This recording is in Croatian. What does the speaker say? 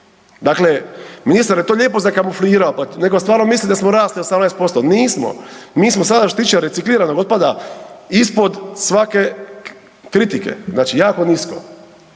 Dakle, ministar je to lijepo zakamuflirao pa netko stvarno misli da smo rasti 18%. Nismo, mi smo sad što se tiče recikliranog otpada ispod svake kritike, znači jako nisko.